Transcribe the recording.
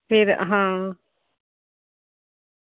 फिर आं